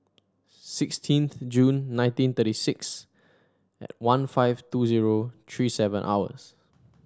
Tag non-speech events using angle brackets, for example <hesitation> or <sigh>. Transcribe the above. sixteenth June nineteen thirty six <hesitation> one five two zero three seven hours